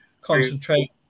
concentrate